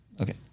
Okay